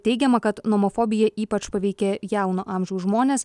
teigiama kad nomofobija ypač paveikia jauno amžiaus žmones